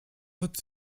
what